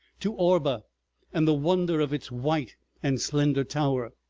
to orba and the wonder of its white and slender tower.